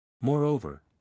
Moreover